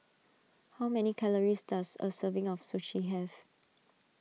how many calories does a serving of Sushi have